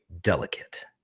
delicate